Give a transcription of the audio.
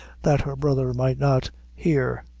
that her brother might not hear.